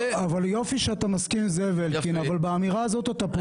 יופי שאתה מסכים עם זאב אלקין אבל באמירה הזאת אתה פוגע בי.